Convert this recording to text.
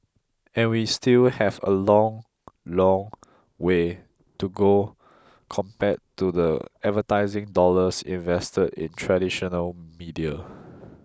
and we still have a long long way to go compared to the advertising dollars invested in traditional media